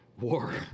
War